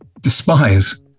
despise